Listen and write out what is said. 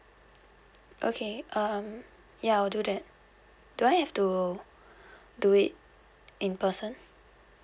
okay um ya I'll do that do I have to do it in person